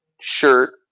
shirt